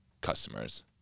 customers